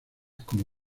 como